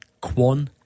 Kwon